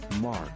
Mark